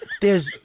There's-